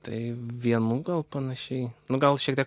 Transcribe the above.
tai vienų gal panašiai nu gal šiek tiek